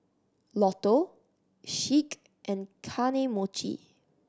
Lotto Schick and Kane Mochi